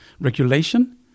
regulation